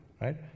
right